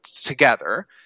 together